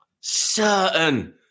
certain